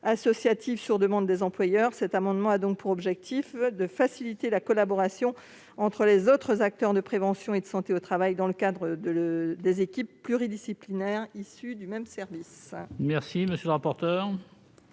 associatives, sur demande des employeurs. Cet amendement a donc pour objet de faciliter la collaboration entre les acteurs de la prévention et de la santé au travail dans le cadre d'équipes pluridisciplinaires issues d'un même service. Quel est l'avis de